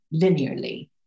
linearly